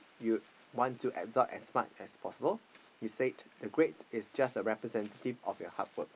you want to absorb as much as possible you said the grade is just a representative of your hard work